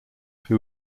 who